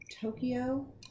Tokyo